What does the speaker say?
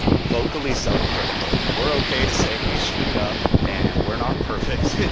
vocally self-critical we're okay to say we screwed up, and we're not perfect,